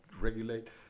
regulate